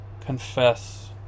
Confess